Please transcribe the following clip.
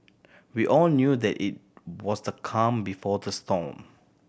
we all knew that it was the calm before the storm